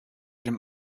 dem